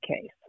case